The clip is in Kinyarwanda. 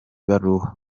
baruwa